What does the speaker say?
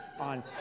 on